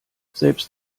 selbst